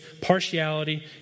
partiality